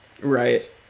Right